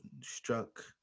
struck